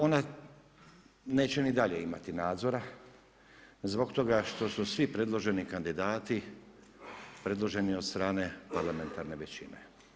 Ona neće ni dalje imati nadzora zbog toga što su svi predloženi kandidati predloženi od strane parlamentarne većine.